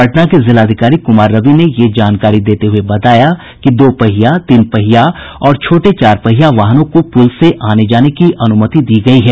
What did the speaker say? पटना के जिलाधिकारी कुमार रवि ने यह जानकारी देते हुये बताया कि दो पहिया तीन पहहिया और केवल छोटे चारपहिया वाहनों को पूल से आने जाने की अनुमति दी गयी है